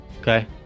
Okay